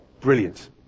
Brilliant